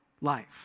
life